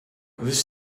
this